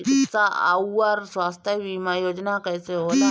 चिकित्सा आऊर स्वास्थ्य बीमा योजना कैसे होला?